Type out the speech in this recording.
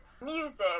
music